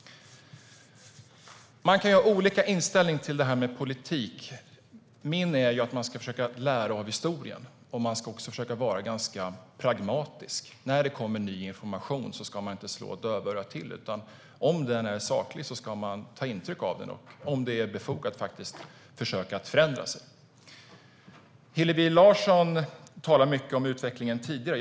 Man kan ha olika inställning till politik. Min är att man ska försöka lära av historien, och man ska också försöka vara pragmatisk. När det kommer ny information ska man inte slå dövörat till. Om informationen är saklig ska man ta intryck av den och om det är befogat faktiskt försöka förändra sig. Hillevi Larsson talar mycket om den tidigare utvecklingen.